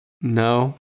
No